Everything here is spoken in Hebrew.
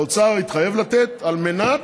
האוצר התחייב לתת, על מנת